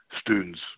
students